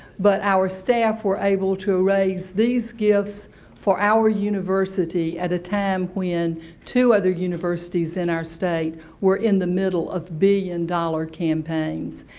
but our staff were able to raise these gifts for our university at a time when two other universities in our state were in the middle of billion dollar campaigns.